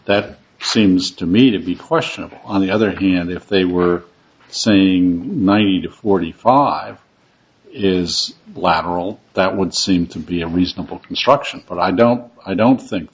that seems to me to be questionable on the other hand if they were seen ninety to forty five is lateral that would seem to be a reasonable construction but i don't i don't think